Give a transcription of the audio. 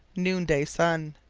noonday sun.